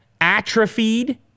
atrophied